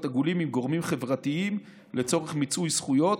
עגולים עם גורמים חברתיים לצורך מיצוי זכויות,